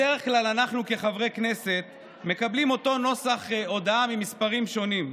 בדרך כלל אנחנו כחברי כנסת מקבלים אותו נוסח הודעה ממספרים שונים,